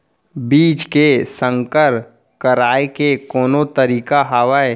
बीज के संकर कराय के कोनो तरीका हावय?